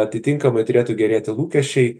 atitinkamai turėtų gerėti lūkesčiai